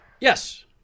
yes